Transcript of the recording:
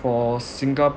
for singapore